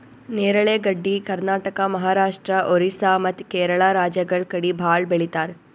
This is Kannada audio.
ನೇರಳೆ ಗಡ್ಡಿ ಕರ್ನಾಟಕ, ಮಹಾರಾಷ್ಟ್ರ, ಓರಿಸ್ಸಾ ಮತ್ತ್ ಕೇರಳ ರಾಜ್ಯಗಳ್ ಕಡಿ ಭಾಳ್ ಬೆಳಿತಾರ್